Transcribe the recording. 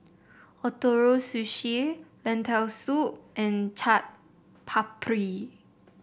Ootoro Sushi Lentil Soup and Chaat Papri